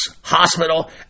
Hospital